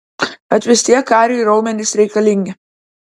bet vis tiek kariui raumenys reikalingi